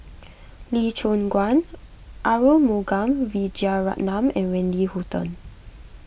Lee Choon Guan Arumugam Vijiaratnam and Wendy Hutton